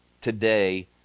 today